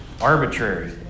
arbitrary